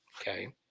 Okay